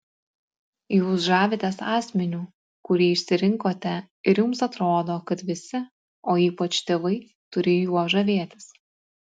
jūs žavitės asmeniu kurį išsirinkote ir jums atrodo kad visi o ypač tėvai turi juo žavėtis